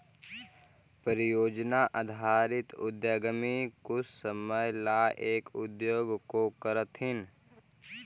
परियोजना आधारित उद्यमी कुछ समय ला एक उद्योग को करथीन